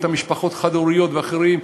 אותן משפחות חד-הוריות ואחרים,